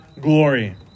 glory